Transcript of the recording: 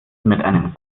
mit